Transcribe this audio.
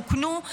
רוקנו.